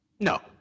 No